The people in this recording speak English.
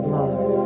love